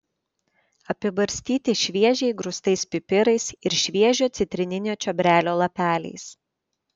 apibarstyti šviežiai grūstais pipirais ir šviežio citrininio čiobrelio lapeliais